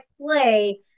play